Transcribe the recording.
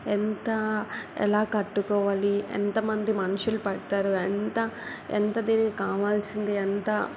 ఎంత ఎలా కట్టుకోవాలి ఎంతమంది మనుషులు పడతారు ఎంత ఎంత దీనికి కావలిసింది ఎంత